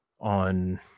on